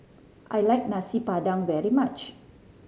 I like Nasi Padang very much